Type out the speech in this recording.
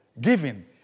Giving